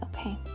Okay